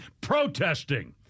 protesting